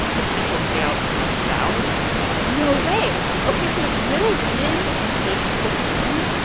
potential payout a thousand dollars no way. ok. so if little women takes the win,